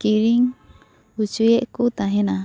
ᱠᱤᱨᱤᱧ ᱚᱪᱚᱭᱮᱫ ᱠᱚ ᱛᱟᱦᱮᱸᱱᱟ